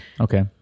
okay